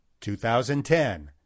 2010